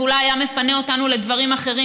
ואולי היה מפנה אותנו לדברים אחרים,